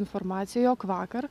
informacija jog vakar